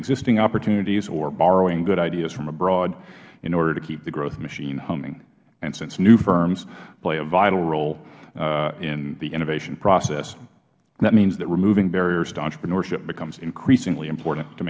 existing opportunities or borrowing good ideas from abroad in order to keep the growth machine humming since new firms play a vital role in the innovation process that means that removing barriers to entrepreneurship becomes increasingly important to